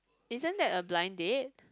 isn't that a blind date